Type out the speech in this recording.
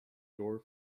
door